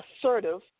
assertive